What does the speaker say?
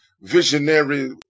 visionary